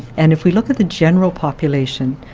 and if we look at the general population,